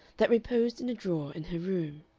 that reposed in a drawer in her room.